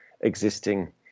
existing